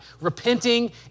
repenting